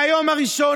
מהיום הראשון,